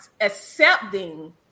accepting